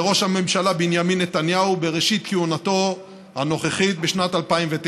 לראש הממשלה בנימין נתניהו בראשית כהונתו הנוכחית בשנת 2009,